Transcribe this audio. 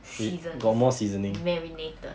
seasons marinated